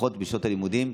לפחות בשעות הלימודים,